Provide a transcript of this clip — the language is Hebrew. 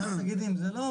ואז תגידי אם זה לא,